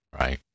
Right